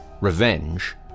Revenge